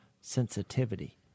Sensitivity